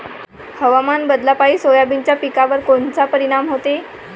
हवामान बदलापायी सोयाबीनच्या पिकावर कोनचा परिणाम होते?